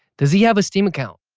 does he have a steam account?